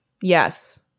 Yes